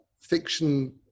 Fiction